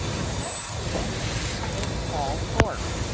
and the next student is paul thorpe,